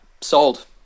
sold